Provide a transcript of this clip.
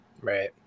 Right